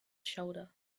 shoulder